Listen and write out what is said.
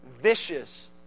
vicious